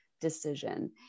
decision